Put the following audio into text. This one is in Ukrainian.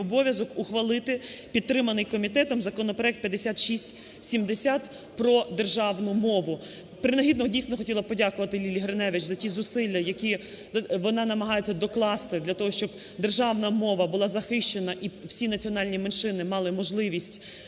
обов'язок - ухвалити підтриманий комітетом законопроект 5670 про державну мову. Принагідно, дійсно, хотіла б подякувати Лілії Гриневич за ті зусилля, які вона намагається докласти для того, щоб державна мова була захищена і всі національні меншини мали можливість